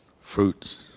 fruits